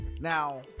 now